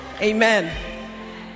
Amen